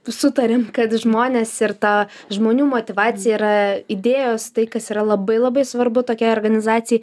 sutarėm kad žmonės ir ta žmonių motyvacija yra idėjos tai kas yra labai labai svarbu tokiai organizacijai